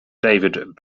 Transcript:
david